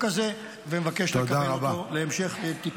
הזה ומבקש לקדם את החוק להמשך טיפול.